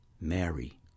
Mary